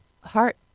heart